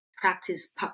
practice